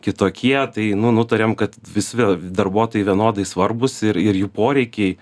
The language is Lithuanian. kitokie tai nu nutarėm kad visvi darbuotojai vienodai svarbūs ir ir jų poreikiai